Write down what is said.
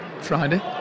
Friday